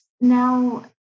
Now